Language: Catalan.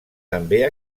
també